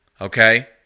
Okay